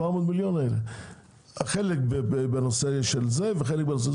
חלק בנושא הזה וחלק בנושא אחר.